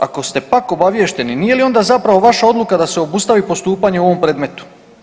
Ako ste pak obaviješteni nije li onda zapravo vaša odluka da se obustavi postupanje u ovom predmetu?